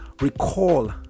recall